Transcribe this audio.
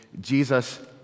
Jesus